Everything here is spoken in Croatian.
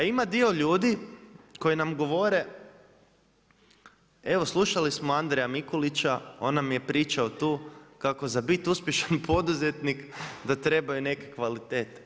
A ima dio ljudi koji nam govore evo slušali smo Andriju Mikulića on nam je pričao tu kako za bit uspješan poduzetnik da trebaju neke kvalitete.